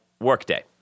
Workday